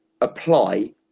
apply